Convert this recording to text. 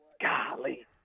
golly